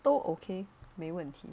都 okay 没问题